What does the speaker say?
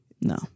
No